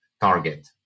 target